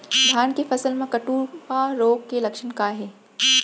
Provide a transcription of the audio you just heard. धान के फसल मा कटुआ रोग के लक्षण का हे?